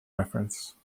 reference